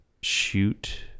shoot